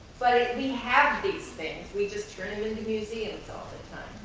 but we have these things, we just turn em into museums all